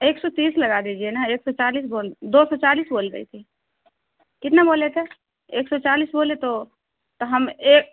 ایک سو تیس لگا دیجیے نا ایک سو چالیس بول دو سو چالیس بول رہی تھی کتنا بولے تھے ایک سو چالیس بولے تو تو ہم ایک